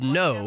no